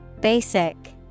Basic